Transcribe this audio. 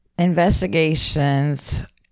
Investigations